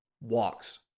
walks